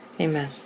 Amen